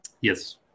yes